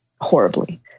horribly